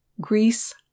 Greece